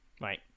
right